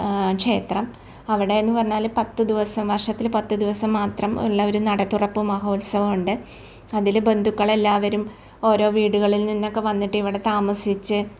ക്ഷേത്രം അവിടെ എന്ന് പറഞ്ഞാൽ പത്ത് ദിവസം വർഷത്തിൽ പത്ത് ദിവസം മാത്രം ഉള്ള ഒരു നടതുറപ്പ് മഹോത്സവമുണ്ട് അതിൽ ബന്ധുക്കൾ എല്ലാവരും ഓരോ വീടുകളിൽ നിന്നൊക്കെ വന്നിട്ടിവിടെ താമസിച്ച്